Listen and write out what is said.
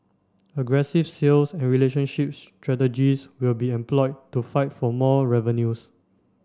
aggressive sales and relationship strategies will be employed to fight for more revenues